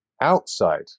outside